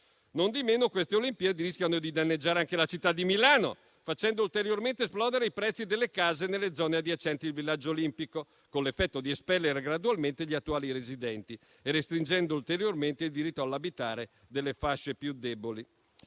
Nondimeno, queste Olimpiadi rischiano di danneggiare anche la città di Milano, facendo ulteriormente esplodere i prezzi delle case nelle zone adiacenti al villaggio olimpico, con l'effetto di espellere gradualmente gli attuali residenti e restringendo ulteriormente il diritto all'abitare delle fasce più deboli.